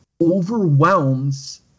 overwhelms